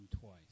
twice